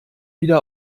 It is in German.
wieder